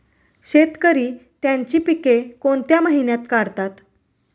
शेतकरी त्यांची पीके कोणत्या महिन्यात काढतात?